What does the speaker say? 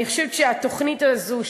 אני חושבת שהתוכנית הזו,